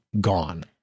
gone